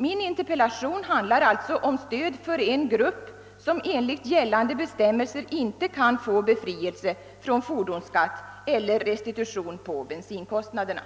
Min interpellation handlar alltså om stöd för en grupp, som enligt gällande bestämmelser inte kan erhålla befrielse från fordonsskatt eller restitution på bensinkostnaderna.